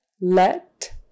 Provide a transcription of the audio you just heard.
let